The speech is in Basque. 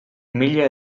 mila